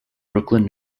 brooklyn